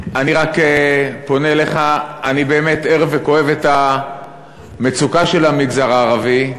אני רק פונה אליך: אני באמת ער וכואב את המצוקה של המגזר הערבי,